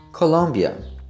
Colombia